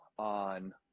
on